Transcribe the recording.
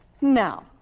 Now